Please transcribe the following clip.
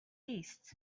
east